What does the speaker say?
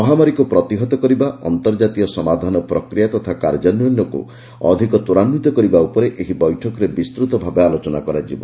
ମହାମାରୀକୁ ପ୍ରତିହତ କରିବା ଅନ୍ତର୍ଜାତୀୟ ସମାଧାନ ପ୍ରକ୍ରିୟା ତଥା କାର୍ଯ୍ୟାନ୍ୟନକୁ ଅଧିକ ତ୍ୱରାନ୍ୱିତ କରିବା ଉପରେ ଏହି ବୈଠକରେ ବିସ୍ତୃତ ଭାବେ ଆଲୋଚନା କରାଯିବ